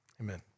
Amen